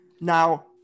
now